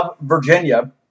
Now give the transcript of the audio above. Virginia